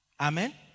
Amen